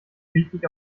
wichtig